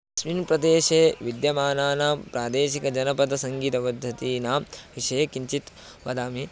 अस्मिन् प्रदेशे विद्यमानानां प्रादेशिकजनपदसङ्गीतपद्धतीनां विषये किञ्चित् वदामि